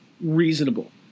reasonable